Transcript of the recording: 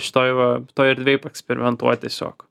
šitoj va toj erdvėj paeksperimentuot tiesiog